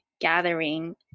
gathering